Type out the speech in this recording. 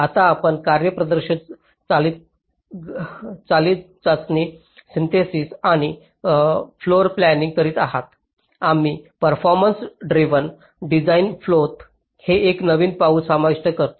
आता आपण कार्यप्रदर्शन चालित चाचणी सिन्थेसिस आणि फ्लोरप्लानिंग करीत आहात आम्ही परफॉर्मन्स ड्रिव्हन डिझाइन फ्लोत हे एक नवीन पाऊल समाविष्ट करतो